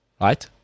right